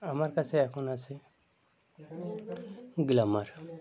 আমার কাছে এখন আছে গ্ল্যামার